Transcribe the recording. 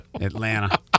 Atlanta